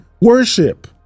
worship